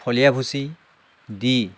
খলিহা ভুচি দি